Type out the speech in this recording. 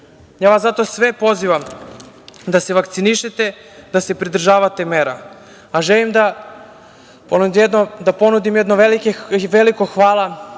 vas zato sve pozivam da se vakcinišete, da se pridržavate mera. Želim da ponudim jedno veliko hvala